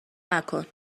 نکن